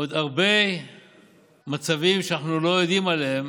עוד הרבה מצבים שאנחנו לא יודעים עליהם